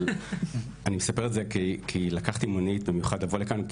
אבל אני מספר את זה כי לקחתי מונית במיוחד כדי לבוא לכאן,